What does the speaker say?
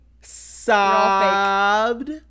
sobbed